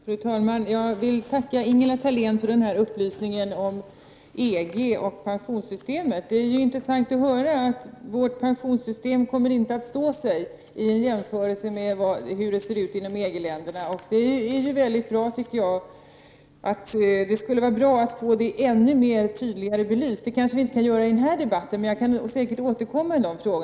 Fru talman! Jag vill tacka Ingela Thalén för den upplysning om EG och pensionssystemet som hon gav. Det är intressant att höra att vårt pensionssystem inte kommer att stå sig, i jämförelse med hur det ser ut i EG-länderna. Det skulle vara bra att få den saken ännu tydligare belyst. Det sker kanske inte i den här debatten. Men jag kan säkert återkomma till dessa frågor.